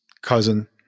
cousin